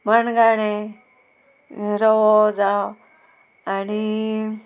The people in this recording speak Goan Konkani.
मणगाणें रवो जावं आनी